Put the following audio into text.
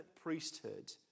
priesthood